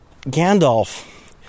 Gandalf